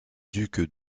ducs